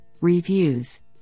reviews